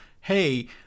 hey